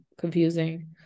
Confusing